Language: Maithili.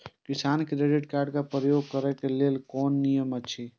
किसान क्रेडिट कार्ड क प्रयोग करबाक लेल कोन नियम अछि?